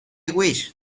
wish